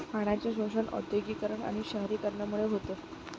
पाण्याचे शोषण औद्योगिकीकरण आणि शहरीकरणामुळे होते